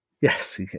Yes